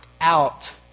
out